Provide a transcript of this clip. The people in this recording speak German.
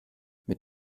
mit